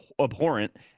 abhorrent